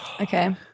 Okay